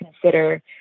consider